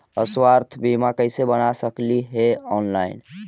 स्वास्थ्य बीमा कैसे बना सकली हे ऑनलाइन?